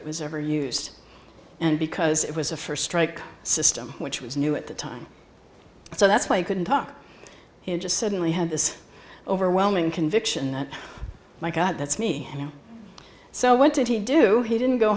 it was ever used and because it was a first strike system which was new at the time so that's why he couldn't talk he just suddenly had this overwhelming conviction that my god that's me so when did he do he didn't go